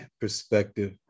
perspective